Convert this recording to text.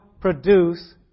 produce